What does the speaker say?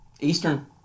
Eastern